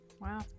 Wow